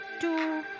two